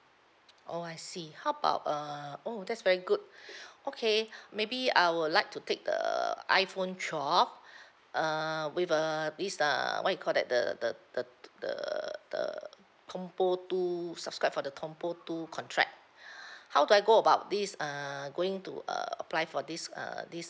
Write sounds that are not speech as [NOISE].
oh I see how about uh oh that's very good okay maybe I would like to take the iphone twelve err with uh this uh what you call that the the the t~ the the combo two subscribe for the combo two contract [BREATH] how do I go about this uh going to err apply for this err this